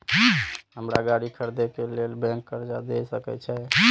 हमरा गाड़ी खरदे के लेल बैंक कर्जा देय सके छे?